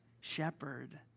Shepherd